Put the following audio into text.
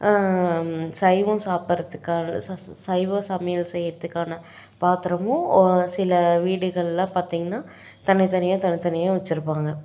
சைவம் சாப்பிட்றதுக்கான சைவ சமையல் செய்கிறதுக்கான பாத்திரமும் சில வீடுகளெலாம் பார்த்தீங்கன்னா தனி தனியாக தனி தனியாக வெச்சுருப்பாங்க